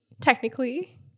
technically